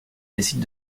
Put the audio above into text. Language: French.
décide